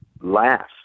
laugh